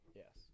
yes